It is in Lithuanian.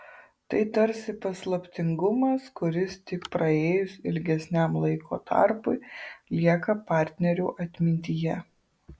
tai tarsi paslaptingumas kuris tik praėjus ilgesniam laiko tarpui lieka partnerių atmintyje